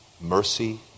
mercy